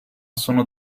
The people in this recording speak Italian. sono